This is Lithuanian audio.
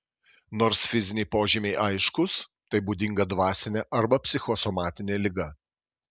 nors fiziniai požymiai aiškūs tai būdinga dvasinė arba psichosomatinė liga